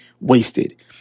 wasted